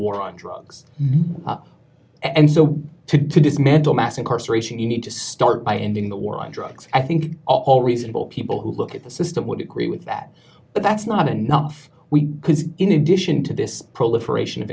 war on drugs and so to to dismantle mass incarceration you need to start by ending the war on drugs i think all reasonable people who look at the system would agree with that but that's not enough we in addition to this proliferation of